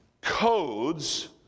codes